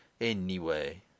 Anyway